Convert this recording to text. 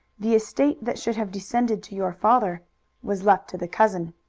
the estate that should have descended to your father was left to the cousin.